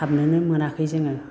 हाबनोनो मोनाखै जोङो